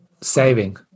saving